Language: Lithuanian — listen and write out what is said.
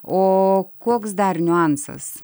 o koks dar niuansas